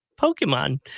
Pokemon